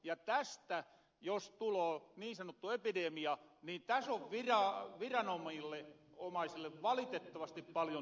ja tästä jos tuloo niin sanottua viiden ja mitä sopii sanottu epidemia on viranomaisille valitettavasti paljon työmaata